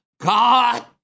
God